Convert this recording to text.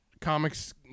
Comics